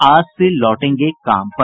आज से लौटेंगे काम पर